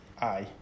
Aye